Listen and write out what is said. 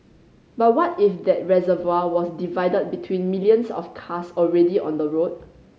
but what if that reservoir was divided between millions of cars already on the road